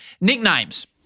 Nicknames